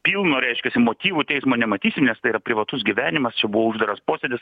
pilno reiškiasi motyvų teismo nematysim nes tai yra privatus gyvenimas čia buvo uždaras posėdis